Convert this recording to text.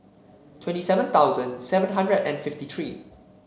twenty seven thousand seven hundred and fifty three